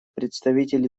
представитель